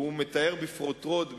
הוא מתאר בפרוטרוט,